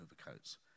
overcoats